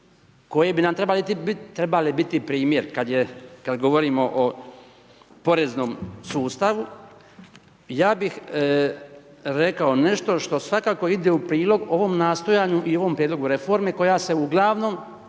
koje bi nam trebale biti primjer, kad govorimo o poreznom sustavu ja bih rekao nešto što svakako ide u prilog ovom nastojanju i ovom prijedlogu koja se uglavnom